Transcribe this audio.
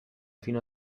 fino